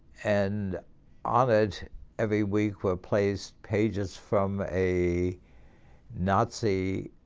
and honored every week were placed pages from a nazi